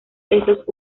estos